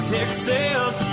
Texas